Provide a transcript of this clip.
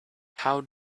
how